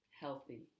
healthy